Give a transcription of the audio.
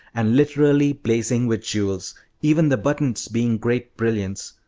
and literally blazing with jewels even the buttons being great brilliants.